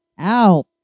Ow